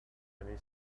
many